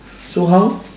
so how